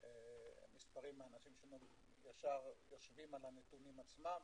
מספרים שישר שיושבים על הנתונים עצמם,